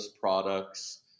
products